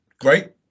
great